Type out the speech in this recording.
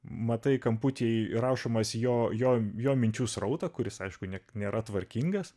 matai kamputyje įrašomas jo jo jo minčių srautą kuris aišku net nėra tvarkingas